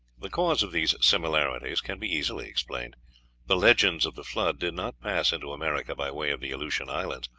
the cause of these similarities can be easily explained the legends of the flood did not pass into america by way of the aleutian islands,